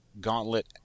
gauntlet